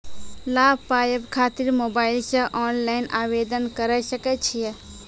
लाभ पाबय खातिर मोबाइल से ऑनलाइन आवेदन करें सकय छियै?